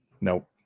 Nope